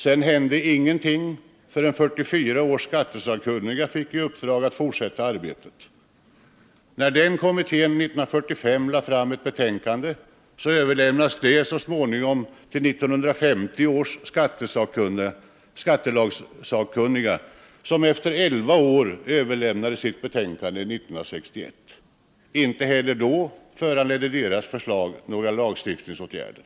Sedan hände ingenting förrän 1944 års skattesakkunniga fick i uppdrag att fortsätta arbetet. Det av de skattesakkunniga 1945 framlagda betänkandet överlämnades så småningom till 1950 års skattelagsakkunniga, vilka efter elva år avlämnade sitt betänkande 1961. Inte heller då föranledde deras förslag några lagstiftningsåtgärder.